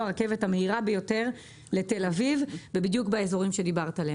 זו הרכבת המהירה ביותר לתל אביב ובדיוק באזורים עליהם דיברת.